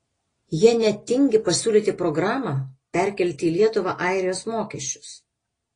jie net tingi pasiūlyti programą perkelti į lietuvą airijos mokesčius